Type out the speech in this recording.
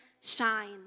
shine